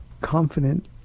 confident